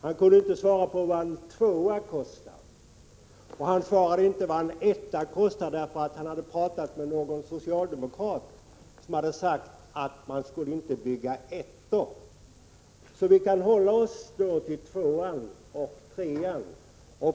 Han kunde inte heller svara på vad en tvåa kostar, och han svarade inte på vad en etta kostar, därför att han hade pratat med någon socialdemokrat som sagt att man inte skulle bygga några ettor. Vi kan då hålla oss till tvåan och trean.